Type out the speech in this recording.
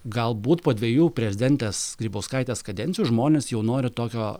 galbūt po dvejų prezidentės grybauskaitės kadencijų žmonės jau nori tokio